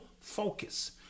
focus